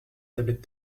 tablette